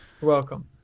Welcome